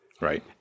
right